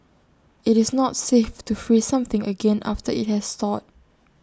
IT is not safe to freeze something again after IT has thawed